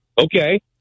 Okay